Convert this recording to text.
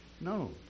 No